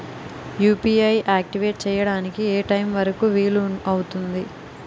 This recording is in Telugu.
యు.పి.ఐ ఆక్టివేట్ చెయ్యడానికి ఏ టైమ్ వరుకు వీలు అవుతుంది?